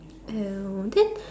oh then